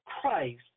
Christ